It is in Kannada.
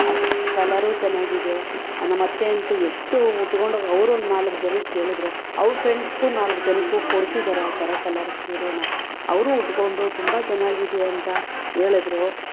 ಅಷ್ಟು ಕಲರು ಚನ್ನಾಗಿದೆ ನಮ್ಮತ್ತೆಯಂತೂ ಎಷ್ಟು ಉಟ್ಕೊಂಡು ಅವರು ಒಂದು ನಾಲಕ್ಕು ಜನಕ್ಕೆ ಹೇಳಿದ್ರು ಅವ್ರ ಫ್ರೆಂಡ್ಸ್ಗೂ ನಾಲಕ್ಕು ಜನಕ್ಕೂ ಕೊಡ್ಸಿದ್ದಾರೆ ಆ ಥರ ಕಲರ್ ಸೀರೆನ ಅವ್ರು ಉಟ್ಕೊಂಡು ತುಂಬ ಚೆನ್ನಾಗಿದೆ ಅಂತ ಹೇಳಿದ್ರು